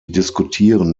diskutieren